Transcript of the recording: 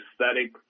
aesthetic